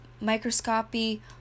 microscopy